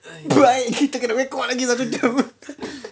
pride kita tak boleh record lagi lah dah tutup